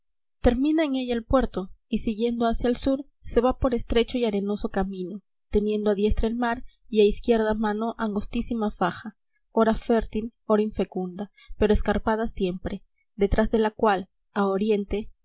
termina en ella el puerto y siguiendo hacia el sur se va por estrecho y arenoso camino teniendo a diestra el mar y a izquierda mano angostísima faja ora fértil ora infecunda pero escarpada siempre detrás de la cual a oriente